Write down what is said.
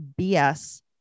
BS